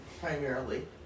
primarily